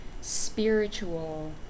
spiritual